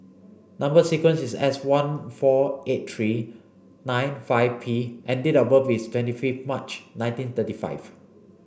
number sequence is S one four eight three nine five P and date of birth is twenty fifth March nineteen thirty five